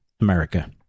America